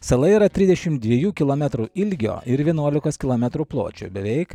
sala yra trisdešim dviejų kilometrų ilgio ir vienuolikos kilometrų pločio beveik